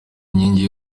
inkingi